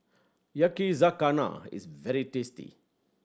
yakizakana is very tasty